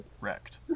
wrecked